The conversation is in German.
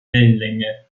wellenlänge